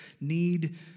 need